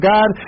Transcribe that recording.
God